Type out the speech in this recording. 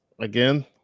again